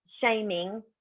shaming